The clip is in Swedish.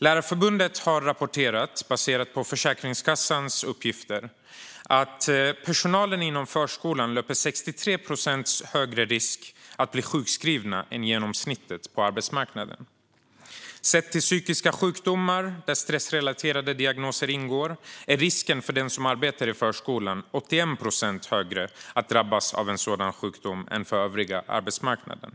Lärarförbundet har rapporterat, baserat på Försäkringskassans uppgifter, att personal i förskolan löper 63 procent högre risk att bli sjukskriven än genomsnittet på arbetsmarknaden. Sett till psykiska sjukdomar, där stressrelaterade diagnoser ingår, är risken för den som arbetar i förskolan 81 procent högre att drabbas av en sådan sjukdom än för övriga arbetsmarknaden.